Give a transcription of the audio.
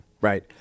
right